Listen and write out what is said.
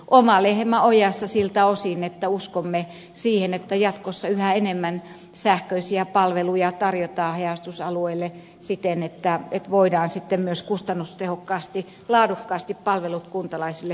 oma lehmä on ojassa siltä osin että uskomme siihen että jatkossa yhä enemmän sähköisiä palveluja tarjotaan haja asutusalueille siten että voidaan myös kustannustehokkaasti laadukkaasti palvelut kuntalaisille tarjota